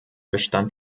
bestand